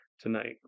tonight